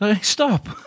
Stop